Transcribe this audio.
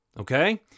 okay